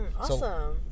Awesome